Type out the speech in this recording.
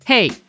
Hey